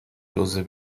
دزد